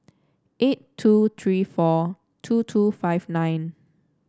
eight two three four two two five nine